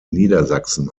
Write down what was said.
niedersachsen